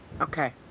Okay